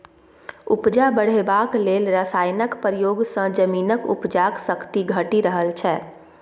उपजा बढ़ेबाक लेल रासायनक प्रयोग सँ जमीनक उपजाक शक्ति घटि रहल छै